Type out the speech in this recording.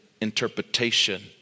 interpretation